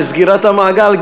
לסגירת המעגל,